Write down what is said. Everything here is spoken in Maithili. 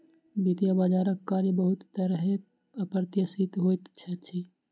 वित्तीय बजारक कार्य बहुत तरहेँ अप्रत्याशित होइत अछि